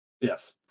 Yes